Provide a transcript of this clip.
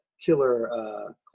killer